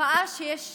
התופעה היא שיש